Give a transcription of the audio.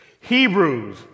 Hebrews